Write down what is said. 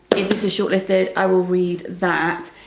if this is shortlisted i will read that.